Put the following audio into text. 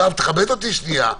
תכבד אותי שנייה.